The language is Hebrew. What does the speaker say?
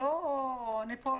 שלא ניפול